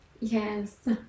yes